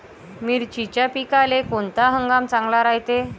मिर्चीच्या पिकाले कोनता हंगाम चांगला रायते?